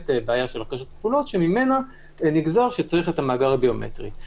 בעיה של הרכשות כפולות שממנה נגזר שצריך המאגר הביומטרי.